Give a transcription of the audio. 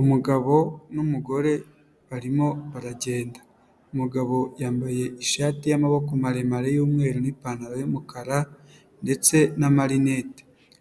Umugabo n'umugore barimo baragenda, umugabo yambaye ishati y'amaboko maremare y'umweru n'ipantaro y'umukara ndetse n'amarinete,